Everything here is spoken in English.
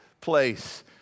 place